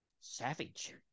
savage